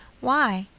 why,